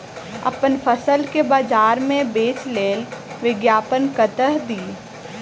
अप्पन फसल केँ बजार मे बेच लेल विज्ञापन कतह दी?